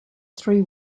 three